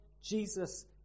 Jesus